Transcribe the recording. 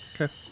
Okay